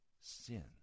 sin